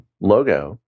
logo